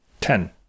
Ten